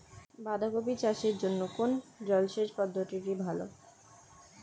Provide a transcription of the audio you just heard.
বাঁধাকপি চাষের জন্য কোন জলসেচ পদ্ধতিটি ভালো?